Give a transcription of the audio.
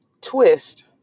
twist